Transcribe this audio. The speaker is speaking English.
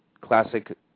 classic